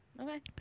Okay